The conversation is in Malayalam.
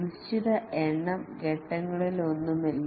നിശ്ചിത എണ്ണം ഘട്ടങ്ങളൊന്നുമില്ല